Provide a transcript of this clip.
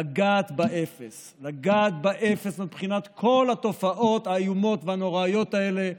לגעת באפס לגעת באפס מבחינת כל התופעות האיומות והנוראיות האלה,